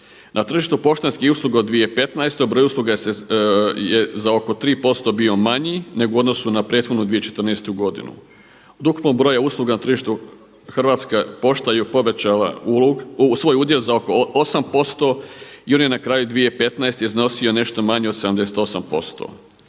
Na tržištu poštanskih usluga u 2015. broj usluga je za oko 3% bio manji nego u odnosu na prethodnu 2014. godinu. Od ukupnog broja usluga na tržištu Hrvatska pošta je povećala svoj udjel za oko 8% i on je na kraju 2015. iznosio nešto manje od 78%.